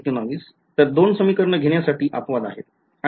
विद्यार्थी तर दोन समीकरणं घेण्यासाठी अपवाद आहेत